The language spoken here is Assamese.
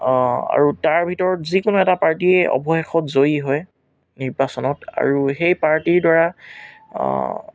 আৰু তাৰ ভিতৰত যিকোনো এটা পাৰ্টীয়ে অৱশেষত জয়ী হয় নিৰ্বাচনত আৰু সেই পাৰ্টীৰ দ্বাৰা